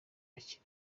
akiri